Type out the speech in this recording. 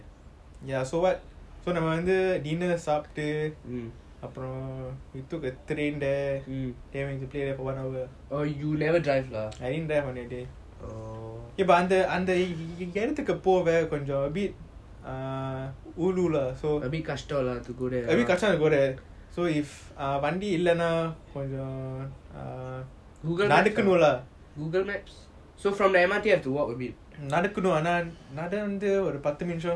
we took the train there then we play for one hour I didn't drive on that day இப்போ அந்த அந்த எடத்துக்கு போக கொஞ்சம்:ipo antha antha yeadathuku poga konjam a bit ulu lah கஷடம்:kasatam to go there so if வண்டி இல்லனா கொஞ்சம் நடக்கணும்ல ஆனா நடந்து ஒரு பாத்து நிமிஷம்:vandi illana konjam nadakanumla aana nadathu oru pathu nimisam